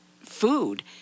food